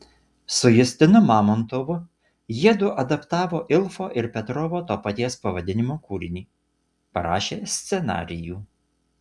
su justinu mamontovu jiedu adaptavo ilfo ir petrovo to paties pavadinimo kūrinį parašė scenarijų